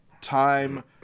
time